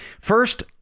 First